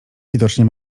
widocznie